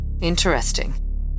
Interesting